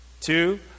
two